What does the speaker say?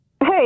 Hey